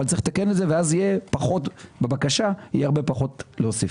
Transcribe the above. אבל צריך לתקן את זה ואז בבקשה יהיה הרבה פחות להוסיף.